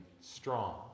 strong